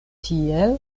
tiel